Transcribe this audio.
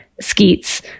Skeets